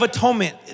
Atonement